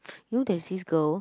you know there's this girl